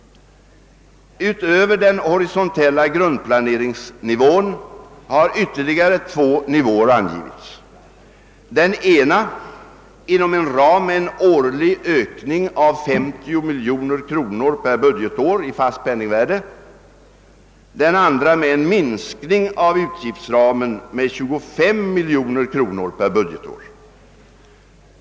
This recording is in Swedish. Utöver den horisontella grundplaneringsnivån har ytterligare två nivåer angivits, den ena inom en ram med en ökning av 50 miljoner kronor per budgetår i fast penningvärde, den andra med en minskning av utgiftsramen med 25 miljoner kronor per budgetår.